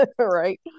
right